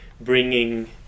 bringing